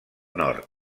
nord